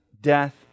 death